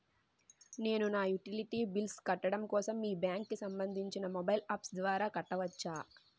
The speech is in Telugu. నేను నా యుటిలిటీ బిల్ల్స్ కట్టడం కోసం మీ బ్యాంక్ కి సంబందించిన మొబైల్ అప్స్ ద్వారా కట్టవచ్చా?